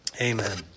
Amen